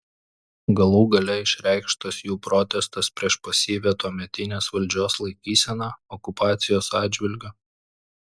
galų gale išreikštas jų protestas prieš pasyvią tuometinės valdžios laikyseną okupacijos atžvilgiu